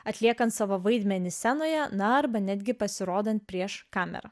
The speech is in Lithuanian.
atliekant savo vaidmenį scenoje na arba netgi pasirodant prieš kamerą